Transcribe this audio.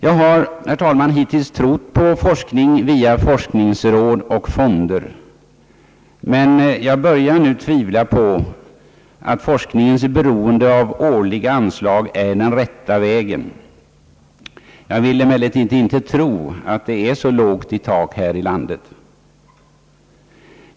Jag har, herr talman, hittills trott på forskning via forskningsråd och fonder, men jag börjar nu tvivla på att forskningens beroende av årliga anslag är den rätta vägen. Jag vill emellertid inte tro att det är så lågt i tak här i landet.